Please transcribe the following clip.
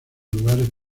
lugares